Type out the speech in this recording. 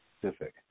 Pacific